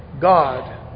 God